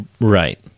Right